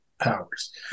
powers